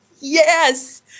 Yes